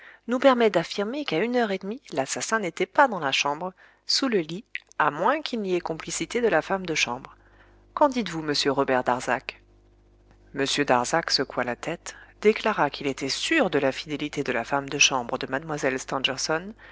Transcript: nous permet d'affirmer qu'à une heure et demie l'assassin n'était pas dans la chambre sous le lit à moins qu'il n'y ait complicité de la femme de chambre qu'en dites-vous monsieur robert darzac m darzac secoua la tête déclara qu'il était sûr de la fidélité de la femme de chambre de